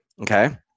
Okay